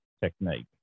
technique